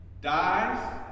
dies